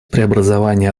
преобразования